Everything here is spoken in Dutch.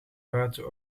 buiten